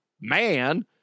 man